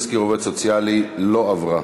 תסקיר עובד סוציאלי) לא עברה.